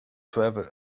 travel